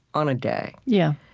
on a day? yeah